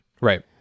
right